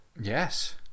Yes